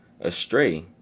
astray